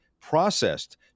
processed